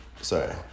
Sorry